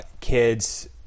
kids